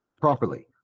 properly